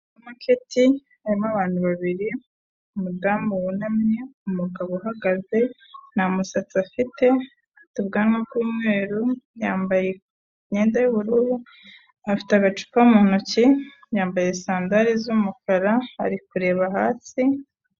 Supa maketi harimo abantu babiri, umudamu wunamye, umugabo uhagaze, nta musatsi afite, afite ubwanwa bw'umweru, yambaye imyenda yubururu, afite agacupa mu ntoki, yambaye sandari z'umukara, ari kureba hasi.